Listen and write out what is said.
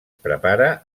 prepara